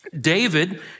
David